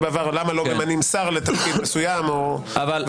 בעבר: למה לא ממנים שר לתפקיד מסוים וכדומה?